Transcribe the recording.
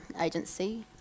agency